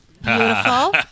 Beautiful